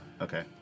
Okay